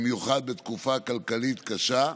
במיוחד בתקופה כלכלית קשה.